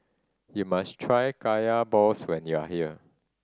you must try Kaya balls when you are here